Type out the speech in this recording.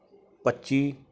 ਪੱਚੀ